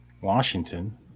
Washington